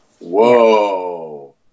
Whoa